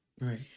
Right